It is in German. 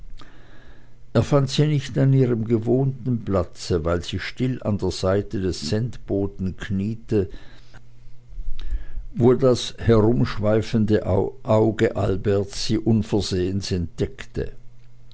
er fand sie nicht an ihrem gewohnten platze weil sie still an der seite des sendboten kniete wo das herumschweifende auge alberts sie unversehens entdeckte